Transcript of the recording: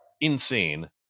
Insane